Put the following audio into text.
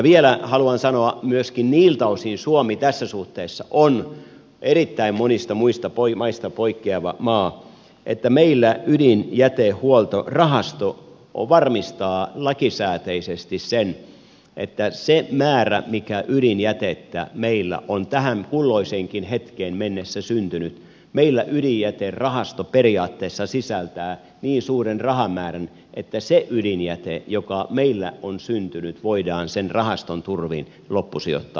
vielä haluan sanoa että myöskin niiltä osin suomi tässä suhteessa on erittäin monista muista maista poikkeava maa että meillä ydinjätehuoltorahasto varmistaa lakisääteisesti sen että se määrä mikä ydinjätettä meillä on tähän kulloiseenkin hetkeen mennessä syntynyt ydinjätehuoltorahasto periaatteessa sisältää niin suuren rahan määrän ja pesee ydinjäte joka meillä on rahamäärän voidaan sen rahaston turvin loppusijoittaa